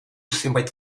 zenbait